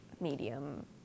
medium